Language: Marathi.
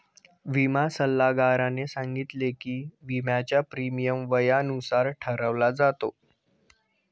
विमा सल्लागाराने सांगितले की, विम्याचा प्रीमियम वयानुसार ठरवला जातो